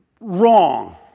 wrong